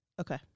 Okay